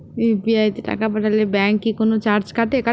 UPI তে টাকা পাঠালে ব্যাংক কি কোনো চার্জ কাটে?